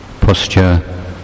posture